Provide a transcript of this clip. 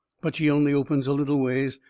but she only opens a little ways,